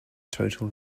total